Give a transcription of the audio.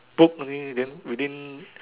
book only then within